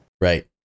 Right